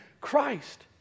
Christ